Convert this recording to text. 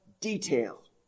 detail